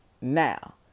now